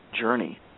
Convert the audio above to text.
journey